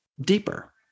deeper